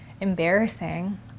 embarrassing